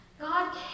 God